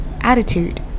attitude